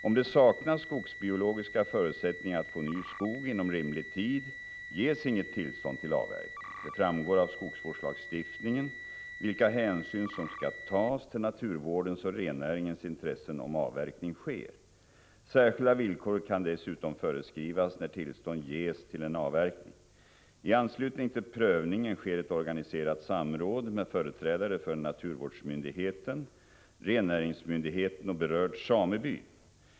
Om det saknas skogsbiologiska förutsättningar att få ny skog inom rimlig tid ges inget tillstånd till avverkning. Det framgår av skogsvårdslagstiftningen vilka hänsyn som skall tas till naturvårdens och rennäringens intressen om avverkning sker. Särskilda villkor kan dessutom föreskrivas när tillstånd ges till en avverkning. I anslutning till prövningen sker ett organiserat samråd med företrädare för naturvårdsmyndigheten, rennäringsmyndigheten och berörd sameby.